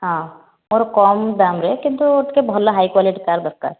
ହଁ ମୋର କମ୍ ଦାମ୍ରେ କିନ୍ତୁ ଟିକେ ଭଲ ହାଇ କ୍ୱାଲିଟି୍ କାର୍ ଦରକାର